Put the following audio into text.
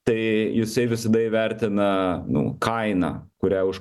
tai jisai visada įvertina nu kainą kurią už